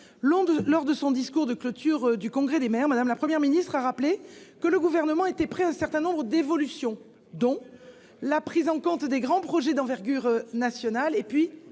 lors de son discours de clôture du Congrès des maires de France, Mme la Première ministre a rappelé que le Gouvernement était prêt à un certain nombre d'évolutions, ... Prouvez-le !... comme la prise en compte des grands projets d'envergure nationale et la